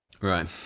Right